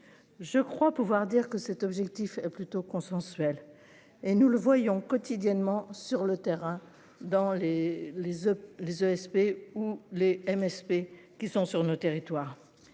Je crois pouvoir dire que cet objectif plutôt consensuel. Et nous le voyons quotidiennement sur le terrain dans les les les ASP ou Les MSP qui sont sur notre territoire,